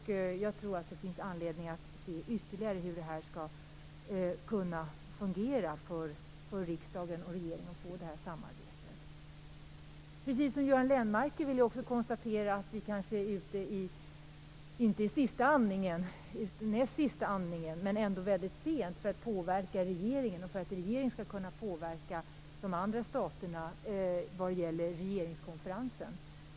Jag tror att det finns anledning att ytterligare se över hur det skall kunna fungera för riksdagen och regeringen och hur vi skall kunna få ett samarbete. Precis som Göran Lennmarker kan jag konstatera att vi är, kanske inte inne i näst sista andningen, men ändå väldigt sent ute för att påverka regeringen och för att regeringen skall kunna påverka de andra staterna vad gäller regeringskonferensen.